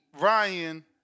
Ryan